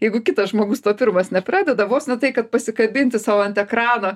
jeigu kitas žmogus to pirmas nepradeda vos ne tai kad pasikabinti sau ant ekrano